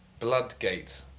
Bloodgate